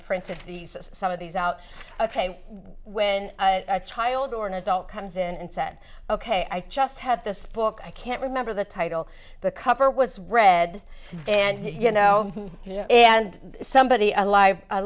printed these some of these out ok when a child or an adult comes in and said ok i just have this book i can't remember the title the cover was read and you know and somebody's alive